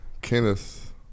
Kenneth